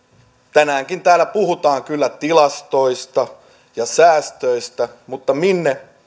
tänäänkin täällä puhutaan kyllä tilastoista ja säästöistä mutta minne